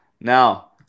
Now